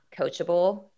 coachable